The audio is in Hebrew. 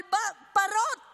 על פרות